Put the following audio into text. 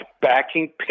backing